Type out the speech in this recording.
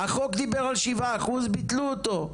החוק דיבר על 7% וביטלו אותו.